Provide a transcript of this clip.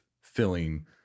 filling